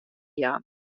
jaan